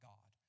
God